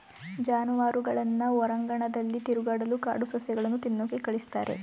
ಜಾನುವಾರುಗಳನ್ನ ಹೊರಾಂಗಣದಲ್ಲಿ ತಿರುಗಾಡಲು ಕಾಡು ಸಸ್ಯಗಳನ್ನು ತಿನ್ನೋಕೆ ಕಳಿಸ್ತಾರೆ